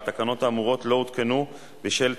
תודה לכן מקרב לב על כל אשר אתן עושות עבורנו בכל זמן.